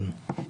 כן.